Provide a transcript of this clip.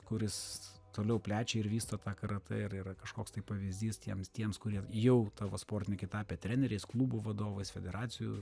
kuris toliau plečia ir vysto tą karatė ir yra kažkoks tai pavyzdys tiems tiems kurie jau tavo sportininkai tapę treneriais klubų vadovais federacijų